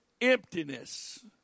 emptiness